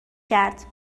کرد